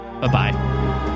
Bye-bye